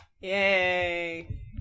Yay